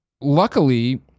luckily